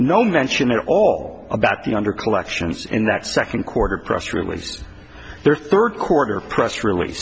no mention at all about the under collections in that second quarter press release their third quarter press release